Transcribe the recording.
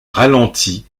ralentit